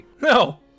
No